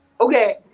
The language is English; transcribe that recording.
Okay